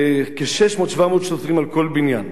600 700 שוטרים על כל בניין.